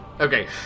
Okay